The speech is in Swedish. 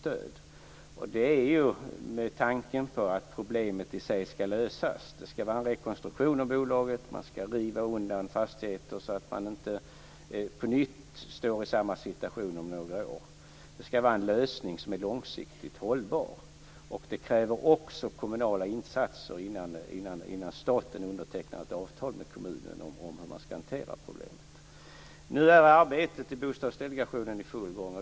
Tanken är ju att problemet i sig skall lösas. Det skall vara en rekonstruktion av bolaget. Man skall riva undan fastigheter för att inte på nytt vara i samma situation om några år. Det skall också vara en lösning som är långsiktigt hållbar. Vidare krävs det kommunala insatser innan staten undertecknar ett avtal med kommunen om hur problemet skall hanteras. Nu är arbetet i Bostadsdelegationen i full gång.